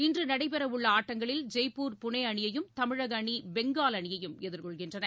இன்று நடைபெறவுள்ள ஆட்டங்களில் ஜெய்ப்பூர் புனே அணியையும் தமிழக அணி பெங்கால் அணியையும் எதிர்கொள்கின்றன